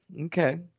okay